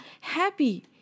happy